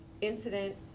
incident